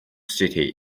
city